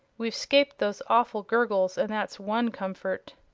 we've scaped those awful gurgles, and that's one comfort!